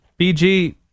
BG